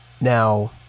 Now